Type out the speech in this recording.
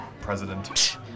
president